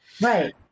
Right